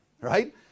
right